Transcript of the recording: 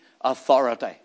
authority